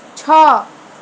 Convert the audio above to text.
ଛଅ